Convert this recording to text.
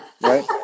Right